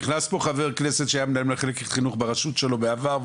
נכנס פה חבר כנסת שהיה מנהל מחלקת חינוך ברשות שלו בעבר,